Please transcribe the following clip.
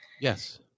Yes